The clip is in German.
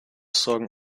sorgen